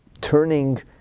turning